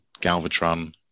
Galvatron